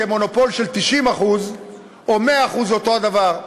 כי המונופול של 90% או 100% זה אותו הדבר.